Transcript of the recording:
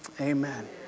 Amen